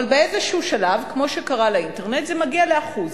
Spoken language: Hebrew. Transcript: באיזשהו שלב, כמו שקרה לאינטרנט, זה מגיע ל-1%.